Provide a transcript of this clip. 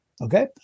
okay